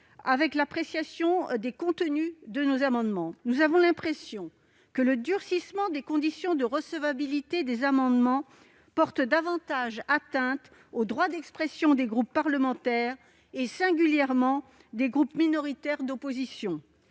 votre appréciation des contenus de nos amendements. Notre impression est que le durcissement des conditions de recevabilité des amendements revient à porter une atteinte accrue au droit d'expression des groupes parlementaires, singulièrement des groupes minoritaires d'opposition.